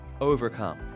overcome